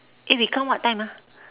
eh we come what time ah